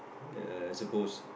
err I supposed